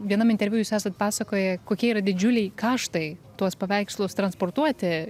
vienam interviu jūs esat pasakoję kokie yra didžiuliai kaštai tuos paveikslus transportuoti